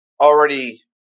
already